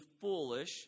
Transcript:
foolish